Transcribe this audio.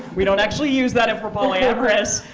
we don't actually use that and for polyamorous.